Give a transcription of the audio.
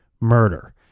murder